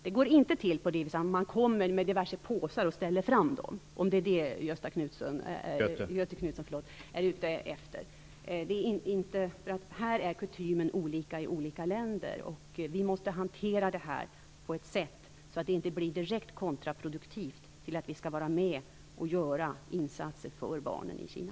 Det går inte till så att man kommer med påsar och ställer fram dem, om det är det Göthe Knutson är ute efter. Kutymen är olika i olika länder och vi måste hantera detta på ett sådant sätt att det inte blir direkt kontraproduktivt när vi skall vara med och göra insatser för barnen i Kina.